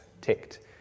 ticked